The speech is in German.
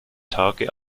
tage